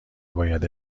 باید